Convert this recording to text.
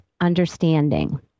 understanding